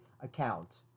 account